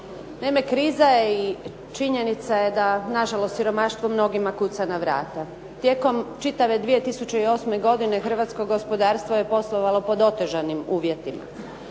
Naime, kriza je i činjenica je da na žalost siromaštvo mnogima kuca na vrata. Tijekom čitave 2008. godine hrvatsko gospodarstvo je poslovalo pod otežanim uvjetima.